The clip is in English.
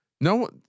No